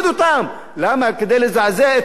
כדי לזעזע את הביטחון העצמי שלהם.